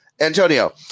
Antonio